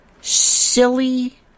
silly